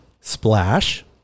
Splash